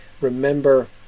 Remember